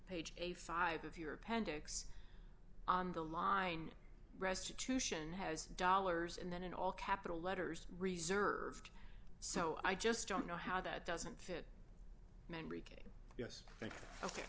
page eighty five of your appendix on the line restitution has dollars and then in all capital letters reserved so i just don't know how that doesn't fit memory came yes